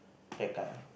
that kind